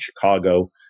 Chicago